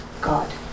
God